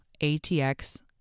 ATX